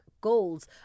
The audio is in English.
goals